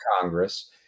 Congress